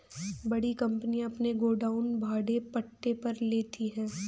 बड़ी कंपनियां अपने गोडाउन भाड़े पट्टे पर लेते हैं